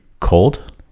cold